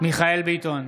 מיכאל מרדכי ביטון,